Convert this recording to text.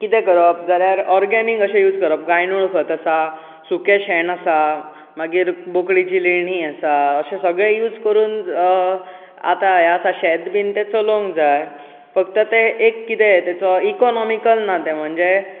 कितें करप जाल्यार ऑर्गेनीक अशें यूज करप गांयडोळ खत आसा सुकें शेण आसा मागीर बोकडेची लेणी आसा अशें सगळें यूज करून आतां हे आसा शेत बीन तें चलोवंक जाय फक्त ते एक कितें तेचो इकॉनॉमिकल ना तें म्हणजे